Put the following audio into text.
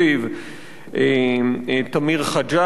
תמיר חג'ג',